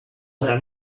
then